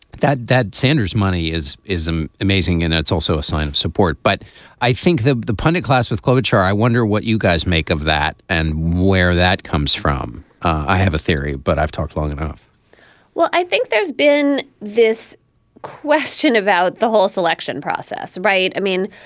that that sanders money is is um amazing. and that's also a sign of support. but i think that the pundit class with cloture, i wonder what you guys make of that and where that comes from. i have a theory, but i've talked long enough well, i think there's been this question about the whole selection process. right. i mean,